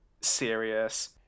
serious